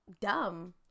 dumb